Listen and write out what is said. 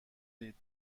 دید